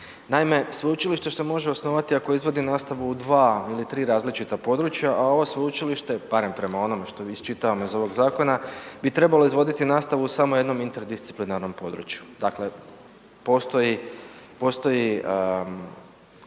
Naime, sveučilište se može osnovati ako izvodi nastavu u 2 ili 3 različita područja, a ovo sveučilište, barem prema onome što iščitavamo iz ovog zakona, bi trebalo izvoditi nastavu samo u jednom interdisciplinarnom području. Dakle postoji,